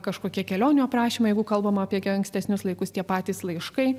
kažkokie kelionių aprašymai jeigu kalbama apie ankstesnius laikus tie patys laiškai